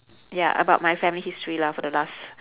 ya about my family history lah for the last